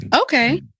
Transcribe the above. Okay